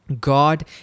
God